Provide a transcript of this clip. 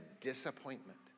disappointment